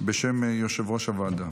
בשם יושב-ראש הוועדה.